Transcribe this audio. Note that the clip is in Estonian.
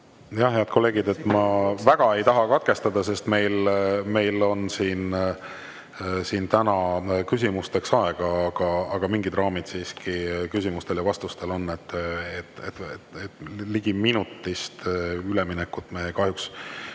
Head kolleegid! Ma väga ei taha teid katkestada, sest meil on täna küsimusteks aega, aga mingid raamid küsimustel ja vastustel siiski on. Ligi minutist üleminekut me kahjuks